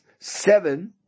seven